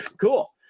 cool